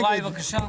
יוראי בבקשה.